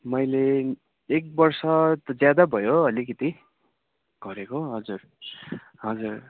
मैले एक वर्ष त ज्यादा भयो अलिकिति गरेको हजुर हजुर